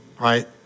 right